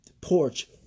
porch